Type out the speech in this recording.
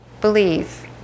believe